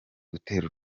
gutera